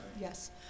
Yes